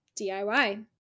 DIY